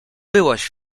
byłaś